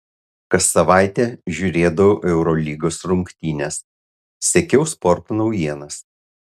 kas savaitę žiūrėdavau eurolygos rungtynes sekiau sporto naujienas